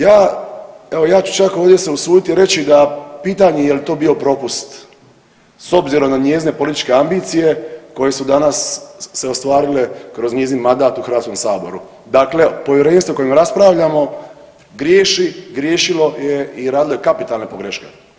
Ja, evo ja ću čak ovdje se usuditi reći da pitanje je li to bio propust s obzirom na njezine političke ambicije koje su danas se ostvarile kroz njezin mandat u HS, dakle povjerenstvo o kojem raspravljamo griješi, griješilo je i radilo je kapitalne pogreške.